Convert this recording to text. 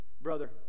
brother